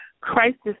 crisis